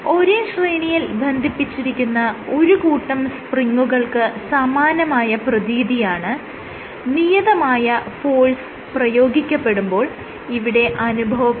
ഒരേ ശ്രേണിയിൽ ബന്ധിപ്പിച്ചിരിക്കുന്ന ഒരു കൂട്ടം സ്പ്രിങുകൾക്ക് സമാനമായ പ്രതീതിയാണ് നിയതമായ ഫോഴ്സ് പ്രയോഗിക്കപ്പെടുമ്പോൾ ഇവിടെ അനുഭവപ്പെടുന്നത്